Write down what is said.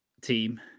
team